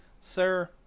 sir